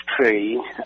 tree